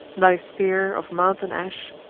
thy spear, of mountain ash,